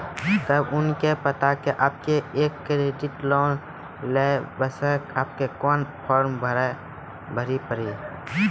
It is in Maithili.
तब उनके बता के आपके के एक क्रेडिट लोन ले बसे आपके के फॉर्म भरी पड़ी?